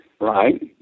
right